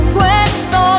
questo